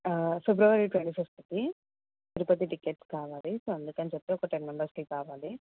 ఫిబ్రవరి twenty ఫిఫ్త్కి Tirupati tickets కావాలి so అందుకని చెప్పి ఒక టెన్ మెంబర్స్కి కావాలి